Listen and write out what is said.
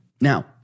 Now